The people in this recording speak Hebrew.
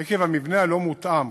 עקב המבנה הלא-מותאם,